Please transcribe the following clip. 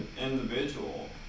individual